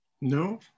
no